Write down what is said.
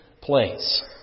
place